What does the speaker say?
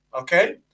okay